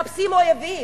מחפשים אויבים,